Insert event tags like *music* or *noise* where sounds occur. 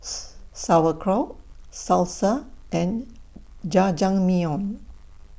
*noise* Sauerkraut Salsa and Jajangmyeon